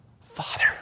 Father